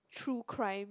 true crime